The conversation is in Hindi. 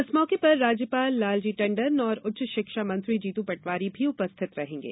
इस मौके पर राज्यपाल लाल टंडन और उच्च शिक्षा मंत्री जीतू पटवारी भी उपस्थित रहेंगे